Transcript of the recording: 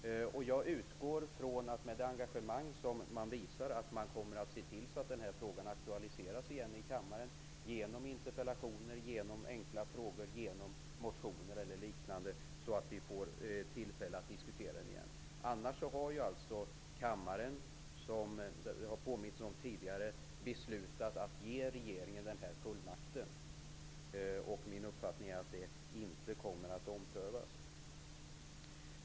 Jag utgår ifrån att med det engagemang man visar kommer man att se till att den här frågan aktualiseras igen i kammaren genom interpellationer, enkla frågor, motioner eller liknande så att vi får tillfälle att diskutera den. Kammaren har alltså, vilket det har påmints om tidigare, beslutat att ge regeringen den här fullmakten. Min uppfattning är att det inte kommer att omprövas.